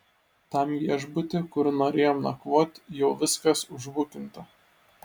tam viešbuty kur norėjom nakvot jau viskas užbukinta